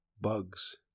bugs